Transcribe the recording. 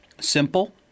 simple